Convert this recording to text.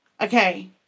okay